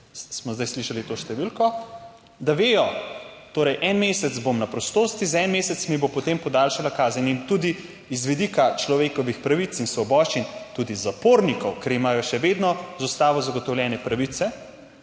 smo zdaj slišali. To številko, da vejo, torej, en mesec bom na prostosti za en mesec. Mi bo potem podaljšala kazen in tudi iz vidika človekovih pravic in svoboščin tudi zapornikov, ker imajo še vedno z Ustavo zagotovljene pravice.